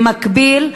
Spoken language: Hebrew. במקביל,